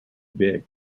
big